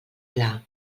pla